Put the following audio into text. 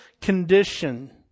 condition